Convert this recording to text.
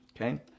okay